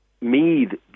Mead